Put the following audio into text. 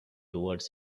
toward